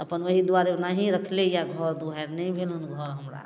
अपन ओही दुआरे ओहिना ही रखलै यऽ घर दुआरि नहि भेल घर हमरा